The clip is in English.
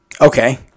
Okay